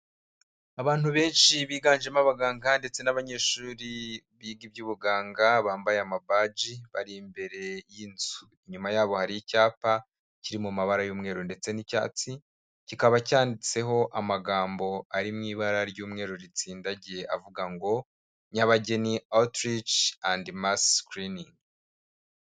Abantu benshi biganjemo abaganga ndetse n'abanyeshuri biga iby'ubuganga bambaye amabaji bari imbere y'inzu, inyuma yabo hari icyapa kiri mu mabara y'umweru ndetse n'icyatsi, kikaba cyanditseho amagambo ari mu ibara ry'umweru ritsindagiye avuga ngo: Nyabageni autrich and mascling.